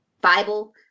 bible